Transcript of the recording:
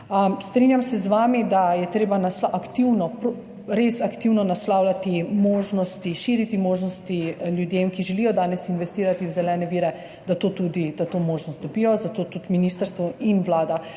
Strinjam se z vami, da je treba aktivno, res aktivno naslavljati možnosti, širiti možnosti ljudem, ki želijo danes investirati v zelene vire, da to možnost dobijo, zato tudi ministrstvo in Vlada